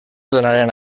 donaren